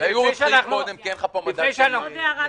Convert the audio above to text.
עוד הערה.